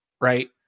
right